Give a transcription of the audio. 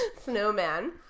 Snowman